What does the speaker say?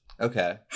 Okay